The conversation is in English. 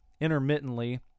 intermittently